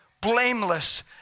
blameless